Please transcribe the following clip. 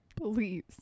please